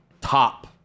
top